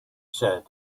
said